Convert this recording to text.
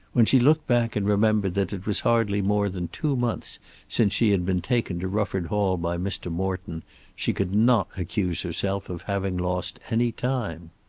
when she looked back and remembered that it was hardly more than two months since she had been taken to rufford hall by mr. morton she could not accuse herself of having lost any time.